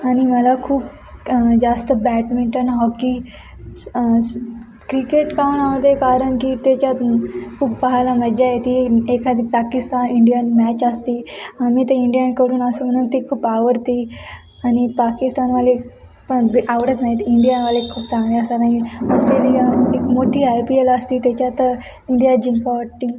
आणि मला खूप क जास्त बॅटमिंटन हॉकी क्रिकेट काहून आवडते कारण की त्याच्यात खूप पहायला मजा येती एखादी पाकिस्तान इंडिया मॅच असती आम्ही ते इंडियांकडून असं म्हणून ती खूप आवडती आणि पाकिस्तानवाले पण बी आवडत नाहीत इंडियनवाले खूप चांगले असतात आणि ऑस्ट्रेलियन एक मोठी आय पी एल असते त्याच्यात इंडिया जिंकावं वाटते